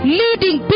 leading